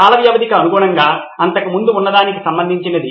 కాల వ్యవధికి అనుగుణంగా అంతకుముందు ఉన్నదానికి సంబంధించినది